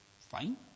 fine